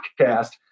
podcast